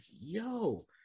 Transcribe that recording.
yo